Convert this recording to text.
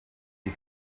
die